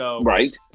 Right